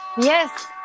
Yes